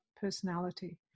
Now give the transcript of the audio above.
personality